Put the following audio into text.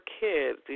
kids